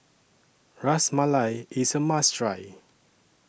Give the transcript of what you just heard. Ras Malai IS A must Try